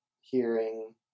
hearing